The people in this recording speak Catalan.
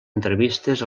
entrevistes